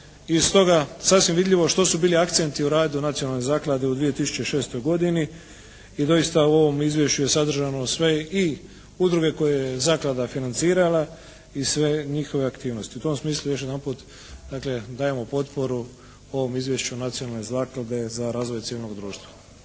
iz toga sasvim vidljivo što su bili u akcentu u radu nacionalne zaklade u 2006. godini i doista u ovom izvješću je sadržano sve i udruge koje je zaklada financirala i sve njihove aktivnosti. U tom smislu još jedanput dakle dajemo potporu ovom izvješću nacionalne zaklade za razvoj civilnog društva.